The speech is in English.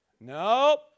Nope